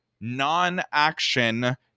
non-action